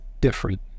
different